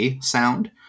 sound